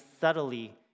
subtly